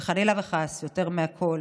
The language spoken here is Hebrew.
וחלילה וחס, יותר מהכול,